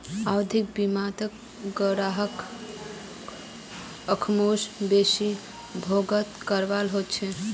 आवधिक बीमात ग्राहकक एकमुश्त बेसी भुगतान करवा ह छेक